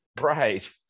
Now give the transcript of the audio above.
Right